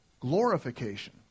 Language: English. glorification